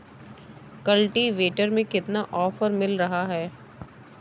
Cultivator में कितना offer मिल रहा है?